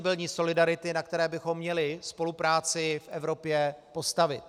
Flexibilní solidarity, na které bychom měli spolupráci v Evropě postavit.